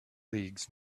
leagues